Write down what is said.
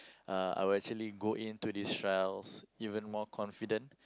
uh I would actually go into these trials even more confident